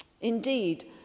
Indeed